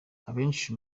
abenshi